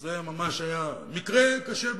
זה היה ממש מקרה קשה מאוד.